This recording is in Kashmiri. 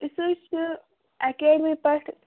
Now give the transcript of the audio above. أسۍ حظ چھِ اکیڈمی پٮ۪ٹھ